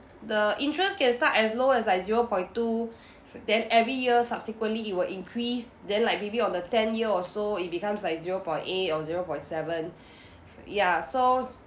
the interest can start as low as like zero point two then every year subsequently it will increase then like maybe on the ten year or so it becomes like zero point eight or zero point seven ya so